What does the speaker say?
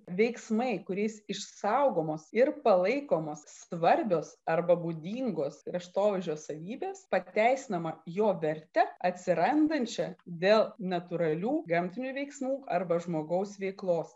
veiksmai kuriais išsaugomos ir palaikomos svarbios arba būdingos kraštovaizdžio savybės pateisinama jo verte atsirandančia dėl natūralių gamtinių veiksmų arba žmogaus veiklos